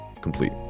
complete